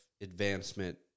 advancement